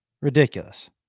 ridiculous